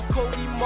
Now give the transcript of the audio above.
Cody